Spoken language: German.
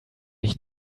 ich